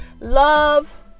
love